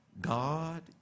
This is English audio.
God